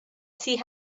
see